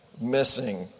missing